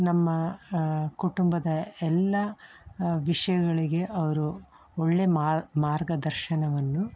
ನಮ್ಮ ಕುಟುಂಬದ ಎಲ್ಲ ವಿಷಯಗಳಿಗೆ ಅವರು ಒಳ್ಳೆಯ ಮಾರು ಮಾರ್ಗದರ್ಶನವನ್ನು